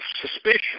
suspicious